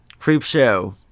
Creepshow